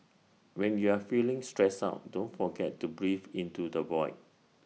when you are feeling stressed out don't forget to breathe into the void